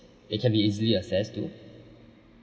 that can be easily access to